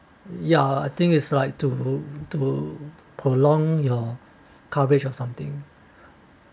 ya I think is like to to prolong your coverage or something